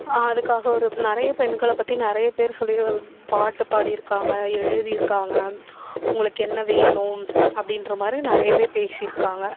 அதுக்காக ஒரு நிறைய பெண்களை பற்றி நிறைய பேர் சொல்லி பாட்டு பாடியிருக்காங்க எழுதியிருக்காங்க உங்களுக்கு என்ன வேணும் அப்படின்ற மாதிரியும் நிறையவே பேசியிருக்காங்க